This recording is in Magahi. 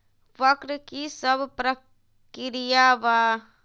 वक्र कि शव प्रकिया वा?